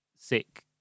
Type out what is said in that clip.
sick